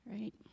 right